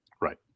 Right